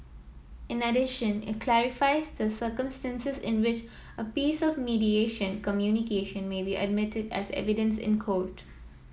in addition it clarifies the circumstances in which a piece of mediation communication may be admitted as evidence in court